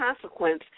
consequence